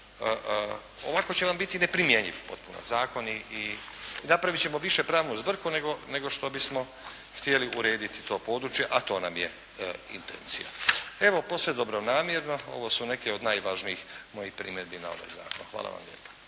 ovako će nam biti neprimjenjiv potpuno zakon i napravit ćemo više pravnu zbrku nego što bismo htjeli urediti to područje, a to nam je intencija. Evo, posve dobronamjerno, ovo su neki od najvažnijih mojih primjedbi na ovaj zakon. Hvala vam lijepa.